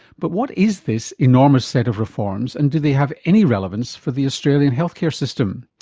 but what is this enormous set of reforms and do they have any relevance for the australian health care system?